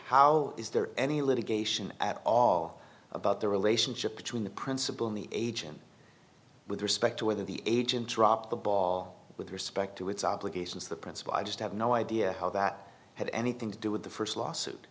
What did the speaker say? how is there any litigation at all about the relationship between the principal and the agent with respect to whether the agent dropped the ball with respect to its obligations the principal i just have no idea how that had anything to do with the first lawsuit